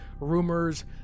rumors